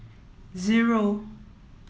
zero